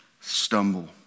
stumble